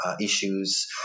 issues